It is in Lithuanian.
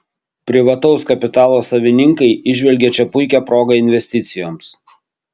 privataus kapitalo savininkai įžvelgia čia puikią progą investicijoms